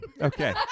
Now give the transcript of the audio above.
Okay